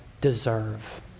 deserve